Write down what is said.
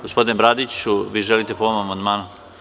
Gospodine Bradiću, vi želite po ovom amandmanu.